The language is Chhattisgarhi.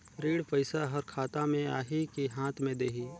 ऋण पइसा हर खाता मे आही की हाथ मे देही?